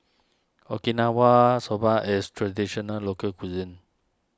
Okinawa Soba is Traditional Local Cuisine